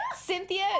Cynthia